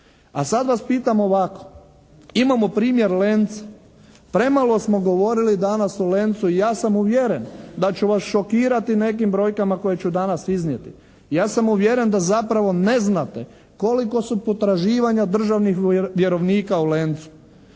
A sad vas pitam ovako. Imamo primjer "Lenca". Premalo smo govorili danas o "Lencu" i ja sam uvjeren da ću vas šokirati nekim brojkama koje ću danas iznijeti. Ja sam uvjeren da zapravo ne znate kolika su potraživanja državnih vjerovnika u "Lencu"?